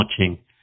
watching